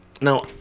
now